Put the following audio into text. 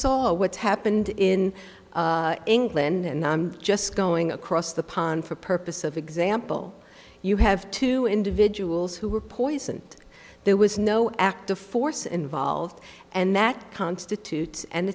saw what's happened in england and i'm just going across the pond for purpose of example you have two individuals who were poisoned there was no active force involved and that constitutes an